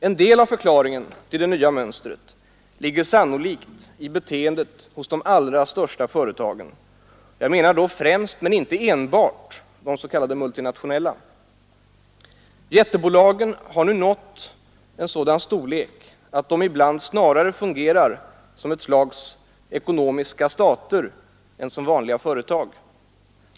En del av förklaringen till det nya mönstret ligger sannolikt i beteendet hos de allra största företagen. Jag menar då främst men inte enbart de s.k. multinationella jättebolagen, som nu nått en sådan storlek att de ibland snarare fungerar som ett slags ekonomiska stater än som vanliga företag.